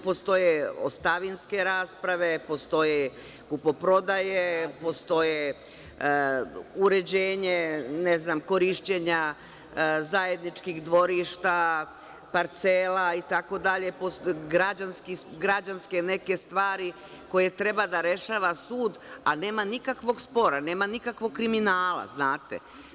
Postoje ostavinske rasprave, postoje kupoprodaje, postoje uređenje korišćenja zajedničkih dvorišta, parcela, građanske neke stvari koje treba da rešava sud, a nema nikakvog spora, nema nikakvog kriminala, znate.